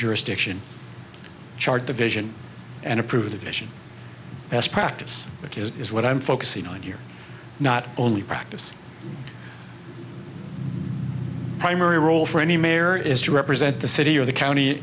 jurisdiction chart the vision and approve the vision as practice which is what i'm focusing on here not only practice primary role for any mayor is to represent the city or the county